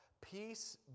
Peace